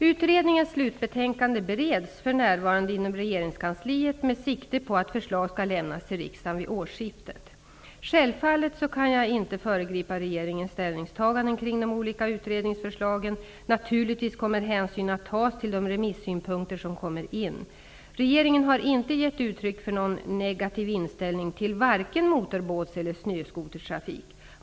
Utredningens slutbetänkande bereds för närvarande inom regeringskansliet med sikte på att förslag skall lämnas till riksdagen vid årsskiftet. Självfallet kan jag inte föregripa regeringens ställningstaganden kring de olika utredningsförslagen. Naturligtvis kommer hänsyn att tas till de remissynpunkter som kommer in. Regeringen har inte gett uttryck för någon negativ inställning till varken motorbåts eller snöskotertrafik.